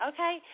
Okay